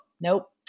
nope